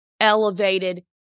elevated